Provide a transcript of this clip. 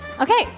Okay